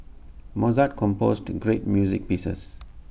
Mozart composed great music pieces